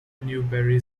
newberry